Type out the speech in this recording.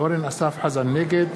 נגד